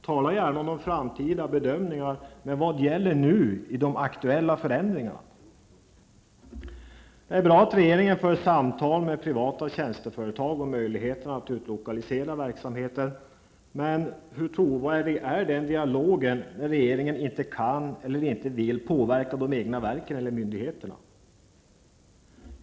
Tala gärna om de framtida bedömningarna, men vad gäller nu, i de aktuella förändringarna? Det är bra att regeringen för samtal med privata tjänsteföretag om möjligheterna att utlokalisera verksamheten, men hur trovärdig är den dialogen när regeringen inte kan eller inte vill påverka de egna verken eller myndigheterna?